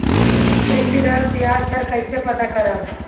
कृषि ऋण में बयाज दर कइसे पता करब?